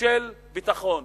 של ביטחון.